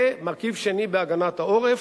ומרכיב שני בהגנת העורף,